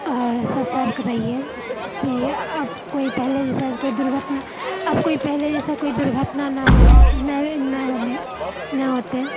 आओर सतर्क रहियै कि कोइ पहिले जैसे दुर्घटना आब कोइ पहिले जैसे कोइ दुर्घटना नऽ हो ना होलै नहि होतै